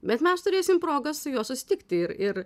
bet mes turėsim progą su juo susitikti ir ir